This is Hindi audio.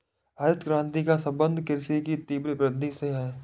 हरित क्रान्ति का सम्बन्ध कृषि की तीव्र वृद्धि से है